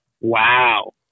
Wow